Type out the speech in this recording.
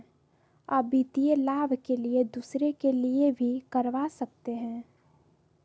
आ वित्तीय लाभ के लिए दूसरे के लिए भी करवा सकते हैं?